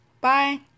bye